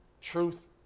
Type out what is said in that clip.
truth